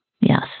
Yes